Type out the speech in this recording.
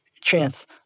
chance